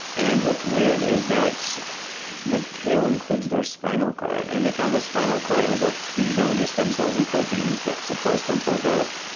and what's weird is that the tail includes their spinal cord, and they found the spinal cord has a huge number of these stem cells and proteins that support stem cell growth.